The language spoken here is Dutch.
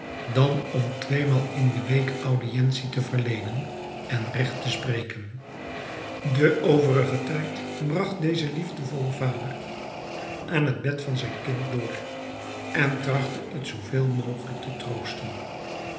dan om tweemaal in de week audientie te verleenen en regt te spreken den overigen tijd bragt deze liefdevolle vader aan het bed van zijn kind door en trachtte het zoo veel mogelijk te troosten